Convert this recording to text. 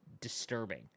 disturbing